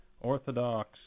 Orthodox